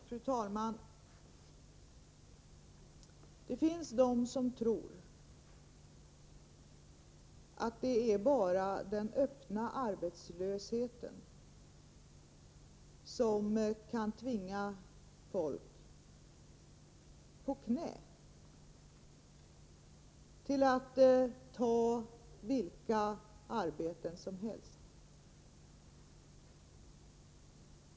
Fru talman! Det finns de som tror att det är bara den öppna arbetslösheten som kan tvinga folk på knä, till att ta vilka arbeten som helst.